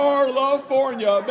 California